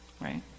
right